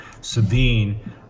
Sabine